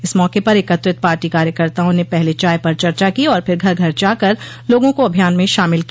इस मौके पर एकत्रित पार्टी कार्यकर्ताओं ने पहले चाय पर चर्चा की और फिर घर घर जाकर लोगों को अभियान में शामिल किया